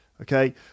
Okay